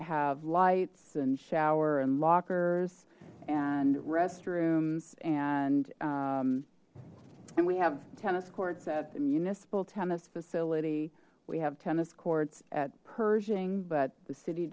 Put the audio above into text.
lights and shower and lockers and restrooms and and we have tennis courts at the municipal tennis facility we have tennis courts at pershing but the city